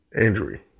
injury